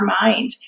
mind